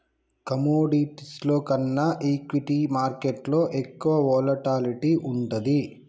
కమోడిటీస్లో కన్నా ఈక్విటీ మార్కెట్టులో ఎక్కువ వోలటాలిటీ వుంటది